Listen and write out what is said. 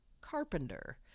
Carpenter